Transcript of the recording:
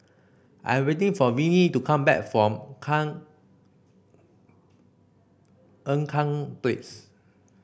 I'm waiting for Venie to come back from Ean Kiam Place